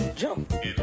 jump